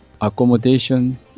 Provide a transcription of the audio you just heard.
accommodation